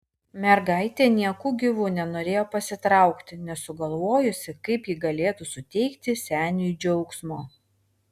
mergaitė nieku gyvu nenorėjo pasitraukti nesugalvojusi kaip ji galėtų suteikti seniui džiaugsmo